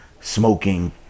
smoking